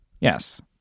Yes